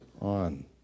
on